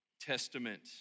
testament